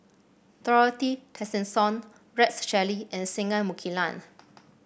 Dorothy Tessensohn Rex Shelley and Singai Mukilan